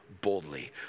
boldly